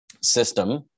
system